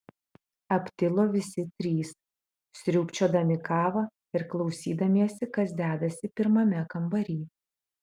aptilo visi trys sriubčiodami kavą ir klausydamiesi kas dedasi pirmame kambary